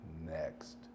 Next